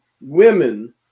women